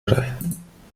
rein